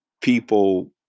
people